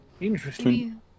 Interesting